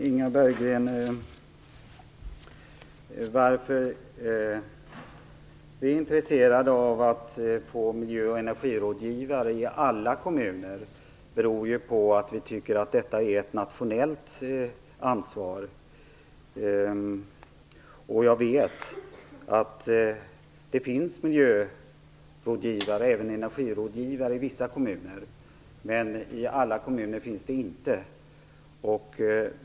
Fru talman! Att vi är intresserade av att få miljöoch energirådgivare i alla kommuner, Inga Berggren, beror på att vi tycker att detta är ett nationellt ansvar. Jag vet att det finns miljörådgivare och även energirådgivare i vissa kommuner. Men i alla kommuner finns de inte.